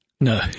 No